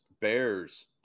bears